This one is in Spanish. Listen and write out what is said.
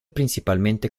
principalmente